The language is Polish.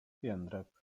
jędrek